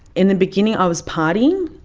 in the beginning i was partying,